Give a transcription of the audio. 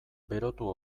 berotu